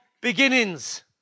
beginnings